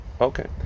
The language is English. Okay